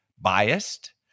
biased